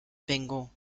bingo